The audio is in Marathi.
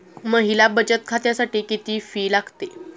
महिला बचत खात्यासाठी किती फी लागते?